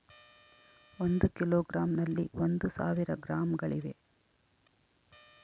ಒಂದು ಕಿಲೋಗ್ರಾಂ ನಲ್ಲಿ ಒಂದು ಸಾವಿರ ಗ್ರಾಂಗಳಿವೆ